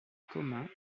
commun